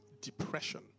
depression